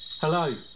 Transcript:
Hello